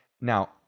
now